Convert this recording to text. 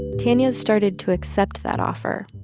tanya started to accept that offer.